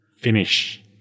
finish